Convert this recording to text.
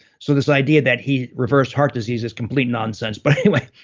so this idea that he reversed heart disease is complete nonsense, but anyway.